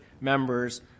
members